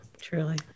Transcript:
Truly